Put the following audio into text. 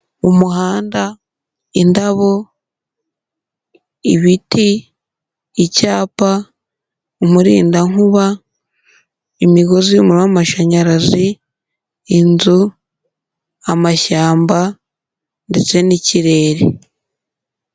Umuhanda, indabo, ibiti, icyapa, umurindankuba, imigozi y'umuriro w'amashanyarazi, inzu, amashyamba ndetse n'ikirere.